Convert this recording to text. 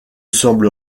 semble